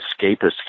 escapist